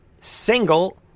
single